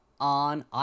on